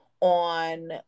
on